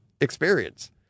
experience